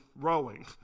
rowing